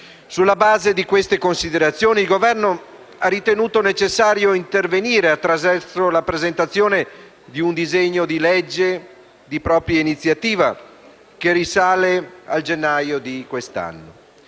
Sulla base di queste considerazioni, il Governo ha ritenuto necessario intervenire, attraverso la presentazione di un disegno di legge di propria iniziativa, che risale al gennaio di quest'anno.